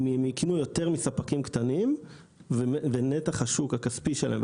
אם ייקנו יותר מספקים קטנים ונתח השוק הכספי שלהם,